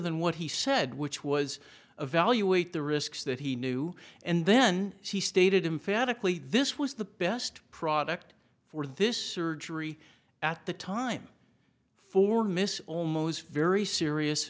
than what he said which was evaluate the risks that he knew and then he stated emphatically this was the best product for this surgery at the time for mis almost very serious